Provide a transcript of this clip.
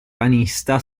ranista